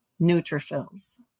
neutrophils